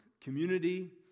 Community